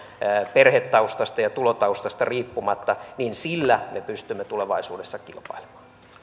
perhetaustasta ja tulotaustasta riippumatta me pystymme tulevaisuudessa kilpailemaan